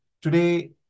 today